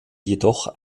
jedoch